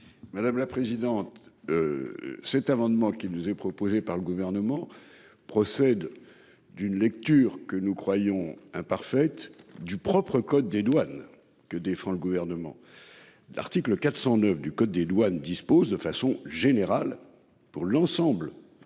Madame la présidente. Cet amendement qui nous est proposé par le gouvernement procède. D'une lecture que nous croyons imparfaite du propre code des douanes que défend le gouvernement. L'article 409 du code des douanes dispose de façon générale pour l'ensemble